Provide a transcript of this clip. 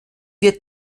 wir